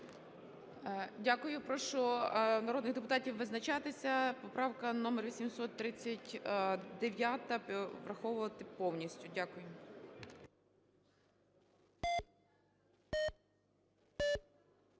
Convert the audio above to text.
Дякую. Прошу народних депутатів визначатися. Поправка номер 839-а - враховувати повністю. Дякую.